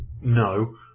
no